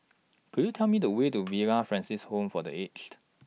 Could YOU Tell Me The Way to Villa Francis Home For The Aged